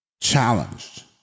challenged